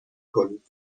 کنید